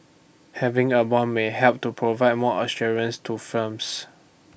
having A Bond may help to provide more assurance to firms